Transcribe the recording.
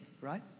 right